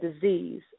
disease